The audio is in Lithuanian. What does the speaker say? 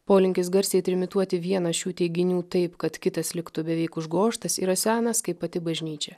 polinkis garsiai trimituoti vienas šių teiginių taip kad kitas liktų beveik užgožtas yra senas kaip pati bažnyčia